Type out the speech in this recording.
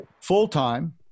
Full-time